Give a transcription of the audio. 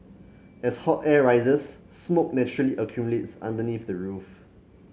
as hot air rises smoke naturally accumulates underneath the roof